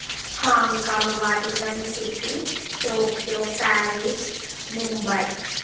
Hong Kong Vatican city Tokyo Paris Mumbai